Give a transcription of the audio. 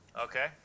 okay